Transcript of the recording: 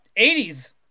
80s